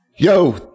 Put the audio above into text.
Yo